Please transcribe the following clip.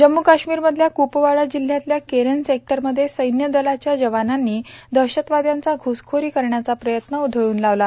जम्मू काश्मीरमधल्या कुपवाडा जिल्हयातल्या केरन सेक्टरमध्ये सैव्य दलाच्या जवानांनी दहशतवाद्यांचा घुसखोरी करण्याचा प्रयत्न उधळून लावला